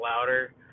louder